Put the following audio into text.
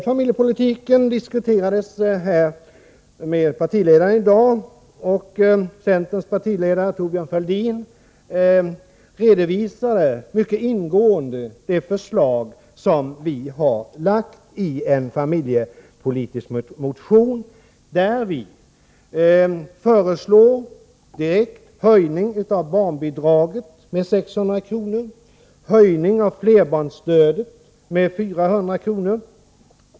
Familjepolitiken diskuterades mellan partiledarna i dag, och centerns partiledare Thorbjörn Fälldin redovisade mycket ingående det förslag som vi har lagt fram i en familjepolitisk motion. Där föreslår vi en direkt höjning av barnbidraget med 600 kr. och en höjning av flerbarnsstödet med 400 kr.